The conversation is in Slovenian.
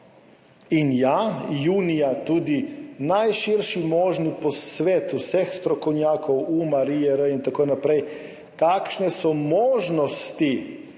in ja, junija tudi najširši možni posvet vseh strokovnjakov, Umar, IER in tako naprej, kakšne so možnosti